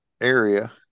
area